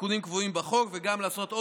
לתיקונים קבועים בחוק וגם לעשות עוד